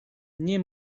nie